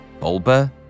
Bulba